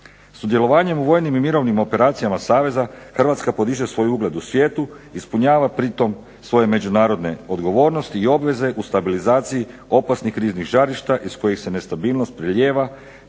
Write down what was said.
Sudjelovanjem u vojnim i mirovnim operacijama Saveza Hrvatska podiže svoj ugled u svijetu, ispunjava pritom svoje međunarodne odgovornosti i obveze u stabilizaciji opasnih kriznih žarišta iz kojih se nestabilnost prelijeva